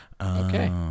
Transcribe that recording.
Okay